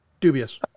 dubious